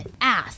ass